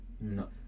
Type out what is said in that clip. No